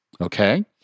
Okay